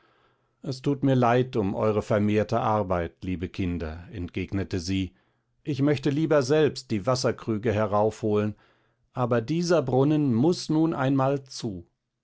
es tut mir leid um eure vermehrte arbeit liebe kinder entgegnete sie ich möchte lieber selbst die wasserkrüge heraufholen aber dieser brunnen muß nun einmal zu